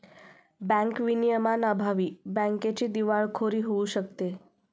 bank विनियमांअभावी बँकेची दिवाळखोरी होऊ शकते